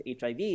hiv